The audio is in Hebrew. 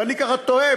ואני ככה תוהה.